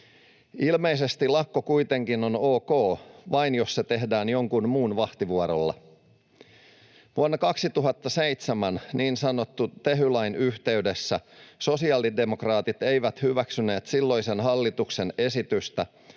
Ilmeisesti lakko kuitenkin on ok vain, jos se tehdään jonkun muun vahtivuorolla. Vuonna 2007 niin sanotun Tehy-lain yhteydessä sosiaalidemokraatit eivät hyväksyneet silloisen hallituksen esitystä